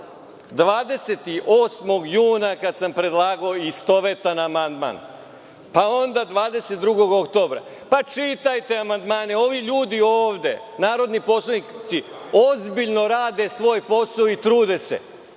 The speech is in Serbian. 22. juna kada sam predlagao istovetan amandman, pa onda 22. oktobra. Čitajte amandmane. Ovi ljudi ovde, narodni poslanici, ozbiljno rade svoj posao i trude se,